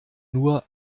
nur